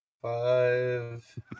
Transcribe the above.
Five